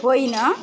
होइन